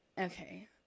okay